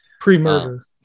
Pre-murder